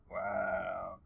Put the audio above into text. Wow